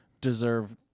deserve